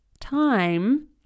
time